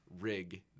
rig